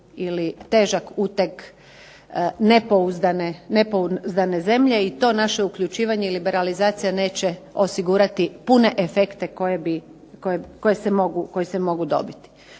ili težak uteg nepouzdane zemlje i to naše uključivanje i liberalizacija neće osigurati pune efekte koje se mogu dobiti.